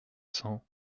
cents